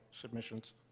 submissions